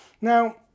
Now